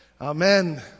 Amen